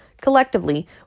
collectively